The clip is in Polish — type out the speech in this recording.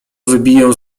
wybiję